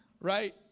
right